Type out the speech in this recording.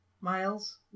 miles